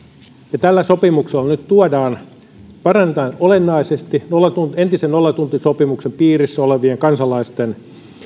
ja tällä sopimuksella nyt parannetaan olennaisesti entisen nollatuntisopimuksen piirissä olevien kansalaisten